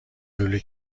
لوله